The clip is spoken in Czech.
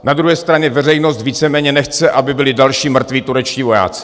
Na druhé straně veřejnost víceméně nechce, aby byli další mrtví turečtí vojáci.